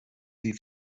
die